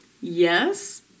Yes